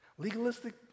Legalistic